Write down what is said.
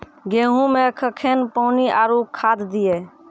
गेहूँ मे कखेन पानी आरु खाद दिये?